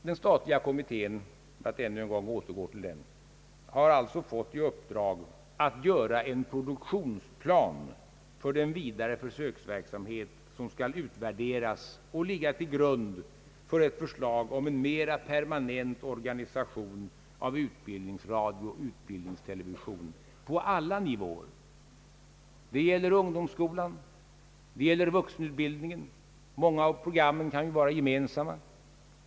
Den statliga kommittén — för att återgå till den — har fått i uppdrag att göra en produktionsplan för den vidare försöksverksamhet som skall utvärderas och ligga till grund för ett förslag om en mera permanent organisation av Ang. vuxenutbildningen utbildningsradio och utbildningstelevision på alla nivåer. Det gäller ungdomsskolan. Det gäller vuxenutbildningen. Många av programmen kan vara gemensamma.